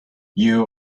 you